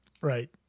Right